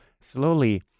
slowly